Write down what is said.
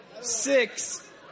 six